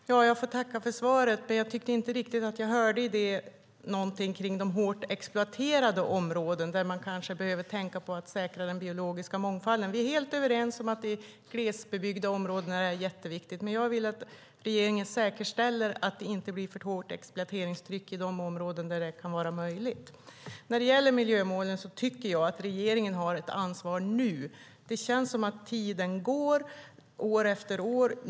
Herr talman! Jag får tacka för svaret, men jag tyckte inte riktigt att jag i svaret hörde något om de hårt exploaterade områdena där man behöver tänka på att säkra den biologiska mångfalden. Vi är helt överens om att det är viktigt i glesbebyggda områden, men jag vill att regeringen säkerställer att det inte blir för hårt exploateringstryck i de områden där det är möjligt. När det gäller miljömålen har regeringen ett ansvar nu . Det känns som att tiden går - år efter år.